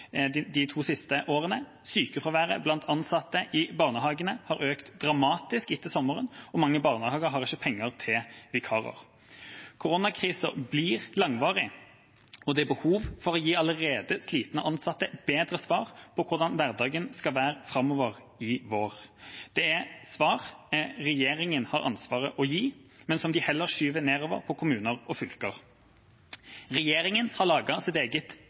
de to siste årene. Sykefraværet blant ansatte i barnehagene har økt dramatisk etter sommeren, og mange barnehager har ikke penger til vikarer. Koronakrisen blir langvarig, og det er behov for å gi allerede slitne ansatte bedre svar på hvordan hverdagen skal være framover til våren. Det er regjeringa som har ansvaret for å gi svar, men de skyver det heller nedover til kommuner og fylker. Regjeringa har laget sitt eget